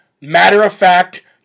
matter-of-fact